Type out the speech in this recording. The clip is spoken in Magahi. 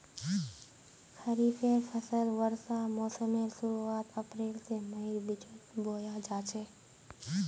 खरिफेर फसल वर्षा मोसमेर शुरुआत अप्रैल से मईर बिचोत बोया जाछे